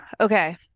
okay